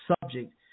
subject